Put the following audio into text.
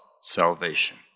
salvation